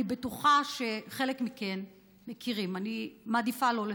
אני בטוחה שחלק מכם מכירים, אני מעדיפה שלא לצטט.